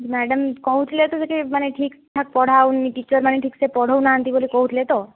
madam କହୁଥିଲେ ତ ସେଠି ମାନେ ଠିକ୍ଠାକ୍ ପଢ଼ାହେଉନି ଟିଚର୍ ମାନେ ଠିକ୍ ସେ ପଢ଼ାଉନାହାନ୍ତି ବୋଲି କହୁଥିଲେ ତ